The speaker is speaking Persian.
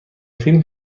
فیلم